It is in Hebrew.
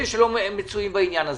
אלה שלא מצויים בעניין הזה.